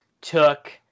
took